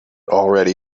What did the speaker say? already